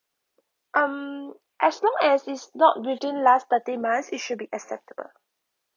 um as long as it's not within last thirteen months it should be acceptable